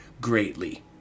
greatly